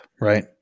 right